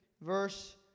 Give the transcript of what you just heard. verse